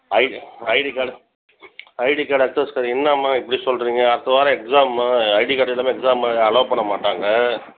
ID card ID card access card என்னம்மா இப்படி சொல்கிறீங்க அடுத்த வாரம் எக்ஸாமும்மா ஐடி கார்டு இல்லாமல் எக்ஸாமு அலோ பண்ண மாட்டாங்க